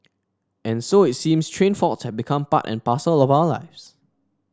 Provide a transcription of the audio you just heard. and so it seems train faults have become part and parcel of our lives